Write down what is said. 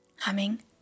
Humming